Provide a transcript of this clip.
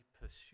pursue